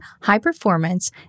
high-performance